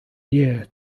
year